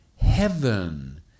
Heaven